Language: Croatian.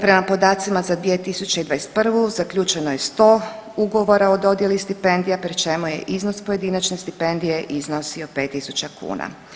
Prema podacima za 2021. zaključeno je 100 ugovora o dodjeli stipendija pri čemu je iznos pojedinačne stipendije iznosio 5.000 kuna.